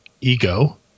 ego